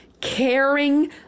caring